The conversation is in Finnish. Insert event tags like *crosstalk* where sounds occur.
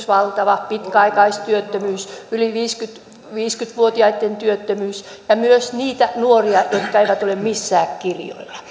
*unintelligible* valtava nuorisotyöttömyys pitkäaikaistyöttömyys yli viisikymmentä vuotiaitten työttömyys ja myös niitä nuoria jotka eivät ole missään kirjoilla